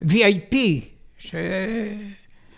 V.I.P. ש...